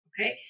okay